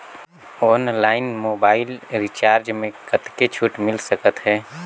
Online mobile recharge मे कतेक छूट मिल सकत हे?